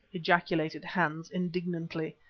ejaculated hans, indignantly.